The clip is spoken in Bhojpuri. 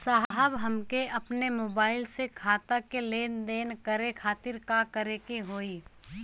साहब हमके अपने मोबाइल से खाता के लेनदेन करे खातिर का करे के होई?